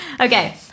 Okay